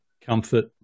Comfort